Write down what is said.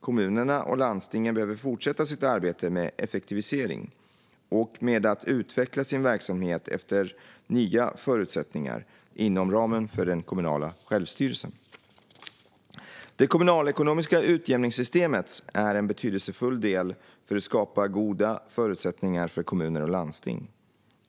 Kommunerna och landstingen behöver fortsätta sitt arbete med effektivisering och med att utveckla sin verksamhet efter nya förutsättningar, inom ramen för den kommunala självstyrelsen. Det kommunalekonomiska utjämningssystemet är en betydelsefull del för att skapa goda förutsättningar för kommuner och landsting.